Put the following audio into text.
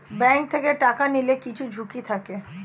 bank থেকে টাকা নিলে কিছু ঝুঁকি থাকে